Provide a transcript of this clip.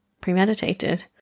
premeditated